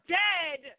dead